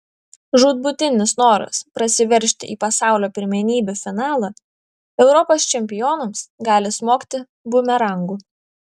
žūtbūtinis noras prasiveržti į pasaulio pirmenybių finalą europos čempionams gali smogti bumerangu